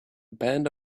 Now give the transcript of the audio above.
band